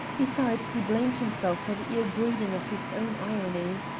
besides, he blamed himself for the ill-breeding of his own irony.